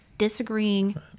disagreeing